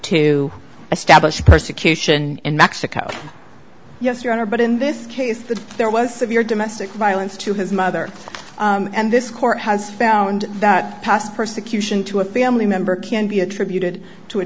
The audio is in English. to establish persecution in mexico yes your honor but in this case the there was severe domestic violence to his mother and this court has found that past persecution to a family member can be attributed to a